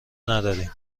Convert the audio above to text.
نداریم